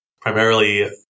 primarily